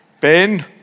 Ben